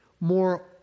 more